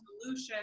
solution